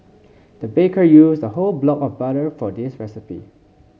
the baker used a whole block of butter for this recipe